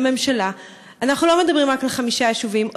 לממשלה: אנחנו לא מדברים רק על חמישה יישובים,